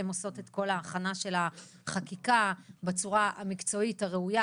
הן עושות את כל ההכנה של החקיקה בצורה המקצועית והראויה.